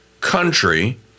country